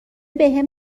بهم